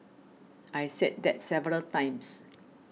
I said that several times